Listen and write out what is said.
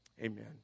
amen